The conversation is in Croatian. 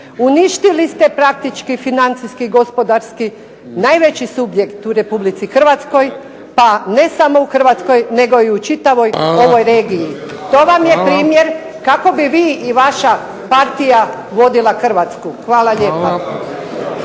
Uništili ste praktički financijski i gospodarski, najveći subjekt u Republici Hrvatskoj, pa ne samo u Hrvatskoj nego i u čitavoj ovoj regiji. To vam je primjer kako bi vi i vaša partija vodila Hrvatsku. Hvala lijepa.